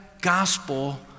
gospel